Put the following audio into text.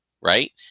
right